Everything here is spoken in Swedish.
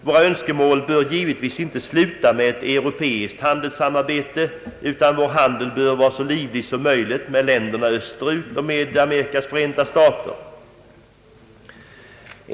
Våra önskemål bör givetvis inte sluta med europeiskt handelssamarbete, utan vår handel bör vara så livlig som möjligt med länderna öÖsterut och med Amerikas förenta stater.